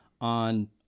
on